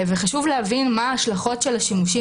וחשוב להבין מה ההשלכות של השימושים